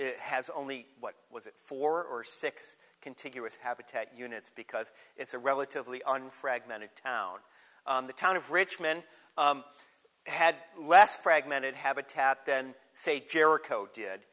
it has only what was it four six contiguous habitat units because it's a relatively on fragmented town the town of richmond had less fragmented habitat then say jericho did